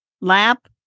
lap